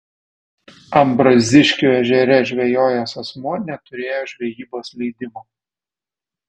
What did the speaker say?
ambraziškių ežere žvejojęs asmuo neturėjo žvejybos leidimo